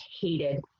hated